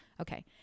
Okay